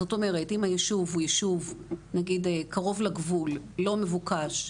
זאת אומרת, אם הישוב קרוב לגבול, לא מבוקש,